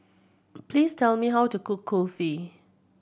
please tell me how to cook Kulfi